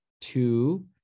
two